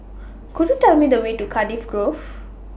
Could YOU Tell Me The Way to Cardiff Grove